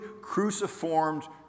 cruciformed